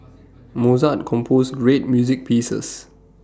Mozart composed great music pieces